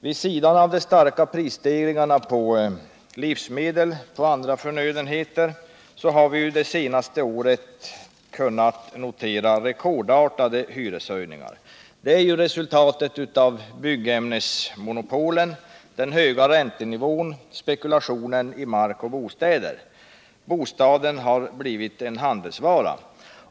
Vid sidan av de starka prisstegringarna på livsmedel och andra förnödenheter har vi det senaste året kunnat notera rekordartade hyreshöjningar. Det är resultatet av byggämnesmonopolen, den höga räntenivån och spekilationen i mark och bostäder. Bostaden har blivit en handelsvara.